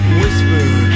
whispered